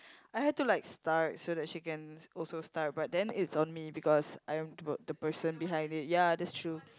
I had to like start so that she can also start but then it's on me because I'm the the person behind it ya that's true